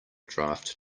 draft